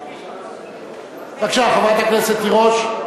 בבקשה חברת הכנסת תירוש.